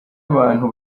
abantu